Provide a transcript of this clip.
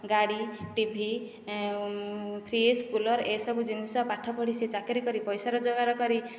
ଗାଡ଼ି TV fridge cooler ଏସବୁ ଜିନିଷ ପାଠପଢ଼ି ସେ ଚାକିରୀ କରି ପଇସା ରୋଜଗାର କରି